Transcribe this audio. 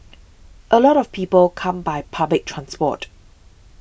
a lot of people come by public transport